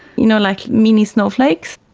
you know, like mini snowflakes.